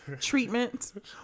treatment